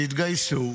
תתגייסו,